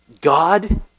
God